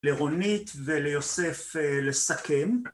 לרונית וליוסף לסכם